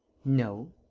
no.